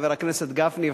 חבר הכנסת גפני,